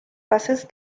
buses